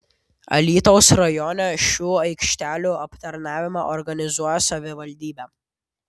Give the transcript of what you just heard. alytaus rajone šių aikštelių aptarnavimą organizuoja savivaldybė